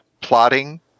plotting